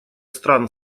стран